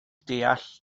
deall